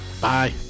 Bye